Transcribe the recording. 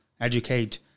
educate